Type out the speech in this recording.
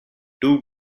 two